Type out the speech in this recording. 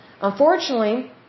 Unfortunately